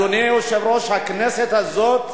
אדוני היושב-ראש, הכנסת הזאת